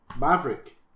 Maverick